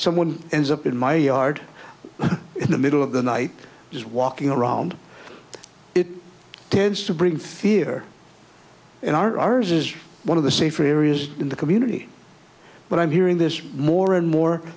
someone ends up in my yard in the middle of the night is walking around it tends to bring fear and our ours is one of the safer areas in the community but i'm hearing this more and more